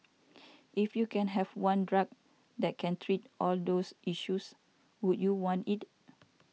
if you can have one drug that can treat all those issues would you want it